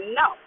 no